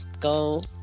go